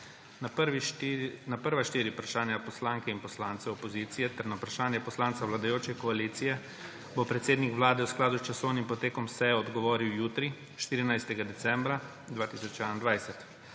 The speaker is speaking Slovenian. Na prva štiri vprašanja poslanke in poslancev opozicije ter na vprašanje poslanca vladajoče koalicije bo predsednik Vlade v skladu s časovnim potekom seje odgovoril jutri, 14. decembra 2021.